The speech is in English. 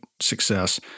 success